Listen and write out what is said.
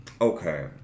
okay